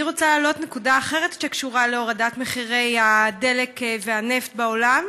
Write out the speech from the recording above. אני רוצה להעלות נקודה אחרת שקשורה להורדת מחירי הדלק והנפט בעולם,